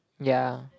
ya